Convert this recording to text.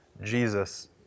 Jesus